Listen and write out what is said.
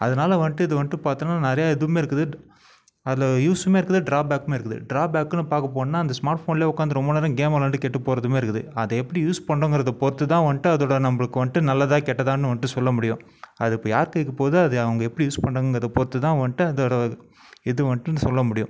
அதனால் வந்துட்டு இது வந்துட்டு பார்த்தோனா நிறைய இதுவுமே இருக்குது அதில் யூஸ்மே இருக்குது ட்ராபாக்மே இருக்குது ட்ராபாக்னு பார்க்க போனா அந்த ஸ்மார்ட் ஃபோனில் உட்காந்து ரொம்ப நேரம் கேம் விளையாண்டு கெட்டு போகிறதுமே இருக்குது அதை எப்படி யூஸ் பண்ணுறோங்றத பொறுத்துதான் வந்துட்டு அதோட நம்மளுக்கு வந்துட்டு நல்லதாக கேட்டதான்னு வந்துட்டு சொல்ல முடியும் அது இப்போ யார் கைக்கு போகுதோ அதை அவங்க எப்படி யூஸ் பண்ணுறாங்கன்றத பொறுத்துதான் அவங்க வந்துட்டு அதோட இது வந்துட்டு சொல்லமுடியும்